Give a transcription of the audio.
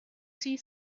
see